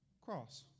cross